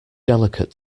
delicate